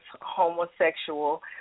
Homosexual